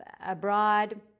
abroad